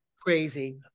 Crazy